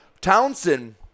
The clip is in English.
Townsend